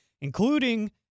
including